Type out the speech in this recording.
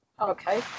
okay